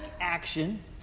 action